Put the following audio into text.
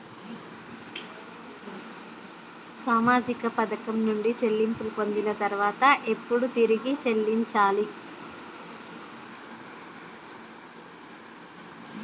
సామాజిక పథకం నుండి చెల్లింపులు పొందిన తర్వాత ఎప్పుడు తిరిగి చెల్లించాలి?